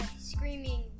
screaming